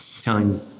telling